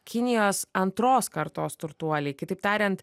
kinijos antros kartos turtuoliai kitaip tariant